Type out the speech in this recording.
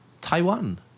Taiwan